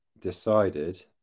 decided